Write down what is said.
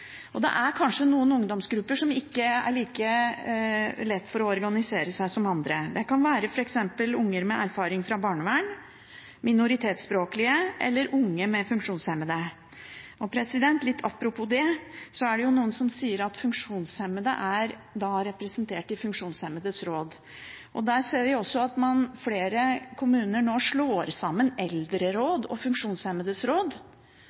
Det er kanskje noen ungdomsgrupper som ikke har like lett for å organisere seg som andre. Det kan f.eks. være unger med erfaring fra barnevern, minoritetsspråklige eller unge funksjonshemmede. Apropos det er det noen som sier at funksjonshemmede er representert i Funksjonshemmedes råd. Vi ser også at flere kommuner nå slår sammen eldreråd og Funksjonshemmedes råd.